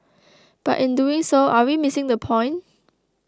but in doing so are we missing the point